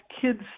kids